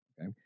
okay